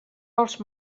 als